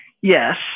yes